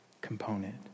component